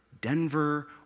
Denver